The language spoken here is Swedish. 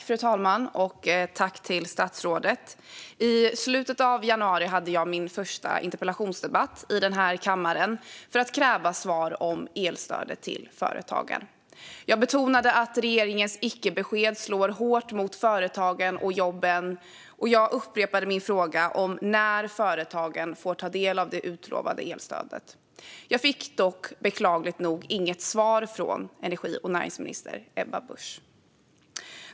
Fru talman och statsrådet! I slutet av januari hade jag min första interpellationsdebatt i den här kammaren för att kräva svar om elstödet till företagen. Jag betonade att regeringens icke-besked slår hårt mot företagen och jobben, och jag upprepade min fråga om när företagen får ta del av det utlovade elstödet. Jag fick dock beklagligt nog inget svar från energi och näringsminister Ebba Busch.